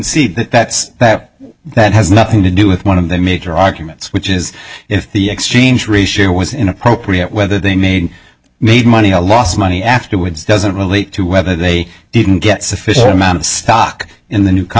see that's that that has nothing to do with one of the major arguments which is the exchange reshoot was inappropriate whether they need made money lost money afterwards doesn't relate to whether they didn't get sufficient amount of stock in the newcome